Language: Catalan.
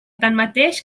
tanmateix